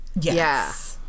Yes